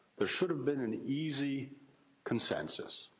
there should have been an easy consensus.